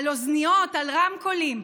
על אוזניות, על רמקולים.